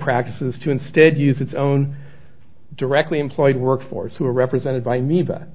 practices to instead use its own directly employed workforce who are represented by meta